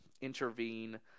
intervene